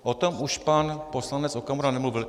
O tom už pan poslanec Okamura nemluvil.